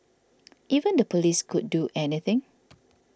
even the police could do anything